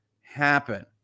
happen